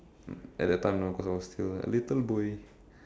at that time no cause I was still a little boy